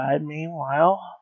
meanwhile